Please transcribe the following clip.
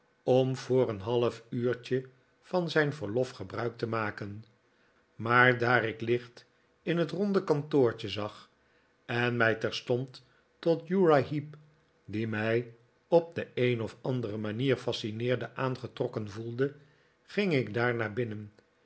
om voor een half uurtje van zijn verlof gebruik te maken maar daar ik licht in het ronde kantoortje zag en mij terstond tot uriah heep die mij op de een of andere manier fascineerde aangetrokken voelde ging ik daar naar binnen